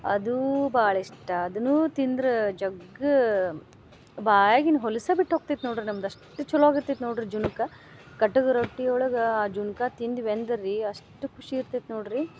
ಅದು ಭಾಳ ಇಷ್ಟ ಅದನ್ನೂ ತಿಂದ್ರ ಜಗ್ಗ ಬಾಯಗಿನ ಹೊಲಸ ಬಿಟ್ಟು ಹೋಗ್ತೈತೆ ನೋಡ್ರಿ ನಮ್ದು ಅಷ್ಟು ಛಲೋ ಆಗಿರ್ತೈತೆ ನೋಡ್ರಿ ಜುಣ್ಕಾ ಕಟ್ಟಗೆ ರೊಟ್ಟಿ ಒಳಗೆ ಆ ಜುಣ್ಕಾ ತಿಂದ್ವಿ ಅಂದರ ರೀ ಅಷ್ಟು ಖುಷಿ ಇರ್ತೈತೆ ನೋಡ್ರಿ